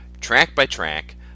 track-by-track